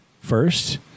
first